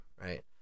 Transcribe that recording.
right